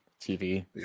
TV